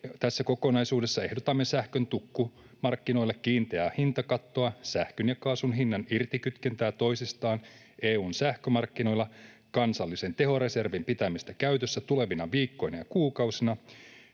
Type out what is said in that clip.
Tässä kokonaisuudessa ehdotamme sähkön tukkumarkkinoille kiinteää hintakattoa, sähkön ja kaasun hinnan irtikytkentää toisistaan EU:n sähkömarkkinoilla, kansallisen tehoreservin pitämistä käytössä tulevina viikkoina ja kuukausina